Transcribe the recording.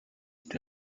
est